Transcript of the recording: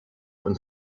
een